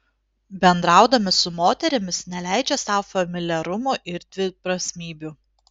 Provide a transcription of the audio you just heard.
bendraudami su moterimis neleidžia sau familiarumų ir dviprasmybių